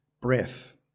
breath